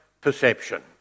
perception